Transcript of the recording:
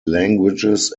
languages